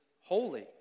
holy